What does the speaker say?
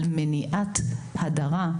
על מניעת הדרה,